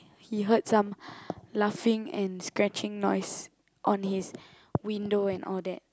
he heard some laughing and scratching noise on his window and all that